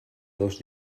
dos